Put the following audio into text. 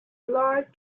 large